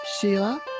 Sheila